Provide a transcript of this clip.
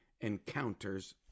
encounters